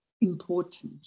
important